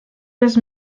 was